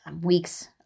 weeks